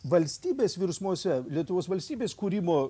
valstybės virsmuose lietuvos valstybės kūrimo